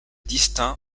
distinct